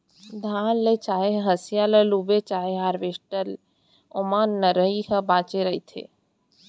धान ल चाहे हसिया ल लूबे चाहे हारवेस्टर म ओमा नरई ह बाचे रहिथे